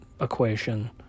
equation